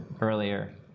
earlier